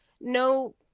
no